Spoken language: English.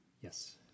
Yes